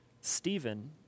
Stephen